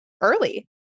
early